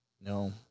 No